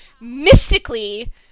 mystically